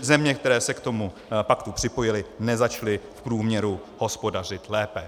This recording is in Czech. Země, které se k tomu paktu připojily, nezačaly v průměru hospodařit lépe.